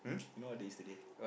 you know what day is today